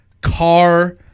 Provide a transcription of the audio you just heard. car